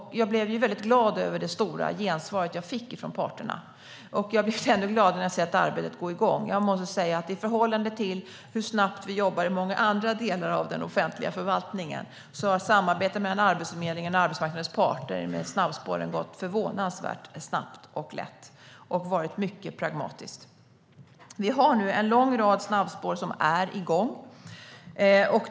Jag blev väldigt glad över det stora gensvar jag fick från parterna. Jag har blivit ännu gladare när jag har sett arbetet gå igång. Jag måste säga att i förhållande till hur snabbt vi jobbar i många andra delar av den offentliga förvaltningen så har samarbetet mellan Arbetsförmedlingen och arbetsmarknadens parter när det gäller snabbspåren gått förvånansvärt snabbt och lätt och varit mycket pragmatiskt. Vi har nu en lång rad snabbspår som är igång.